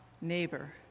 neighbor